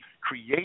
create